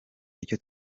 icyo